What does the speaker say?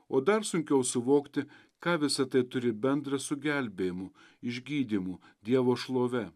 o dar sunkiau suvokti ką visa tai turi bendra su gelbėjimu išgydymu dievo šlove